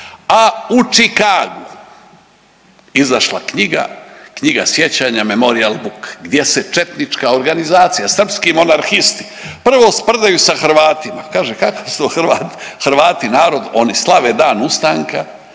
a u Chichagu izašla knjiga, knjiga sjećanja Memorial book gdje se četnička organizacija srpski monarhisti prvo sprdaju sa Hrvatima. Kaže kakvi su to Hrvati narod, oni slave Dan ustanka